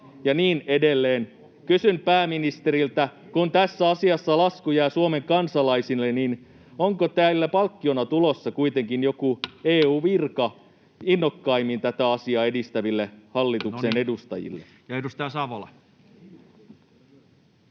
ja niin edelleen. Kysyn pääministeriltä: kun tässä asiassa lasku jää Suomen kansalaisille, niin onko palkkiona tulossa kuitenkin joku EU-virka innokkaimmin tätä asiaa edistäville hallituksille edustajille? [Speech